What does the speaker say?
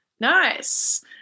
Nice